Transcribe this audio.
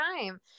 time